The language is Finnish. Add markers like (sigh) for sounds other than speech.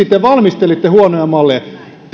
(unintelligible) te valmistelitte huonoja malleja